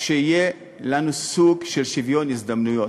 שיהיה לנו סוג של שוויון הזדמנויות.